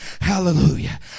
Hallelujah